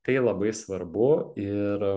tai labai svarbu ir